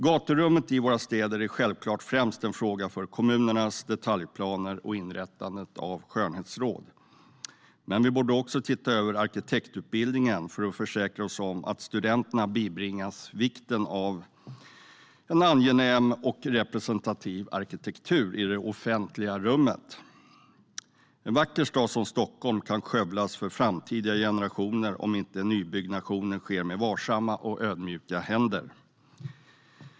Gaturummen i våra städer är självklart främst en fråga för kommunernas detaljplaner och inrättandet av skönhetsråd. Men vi borde också titta över arkitektutbildningarna för att försäkra oss om att studenterna bibringas vikten av angenäm och representativ arkitektur i det offentliga rummet. En vacker stad som Stockholm kan skövlas för framtida generationer om inte nybyggnation sker med varsamma och ödmjuka händer.